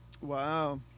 Wow